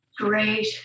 great